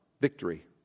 victory